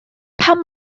pam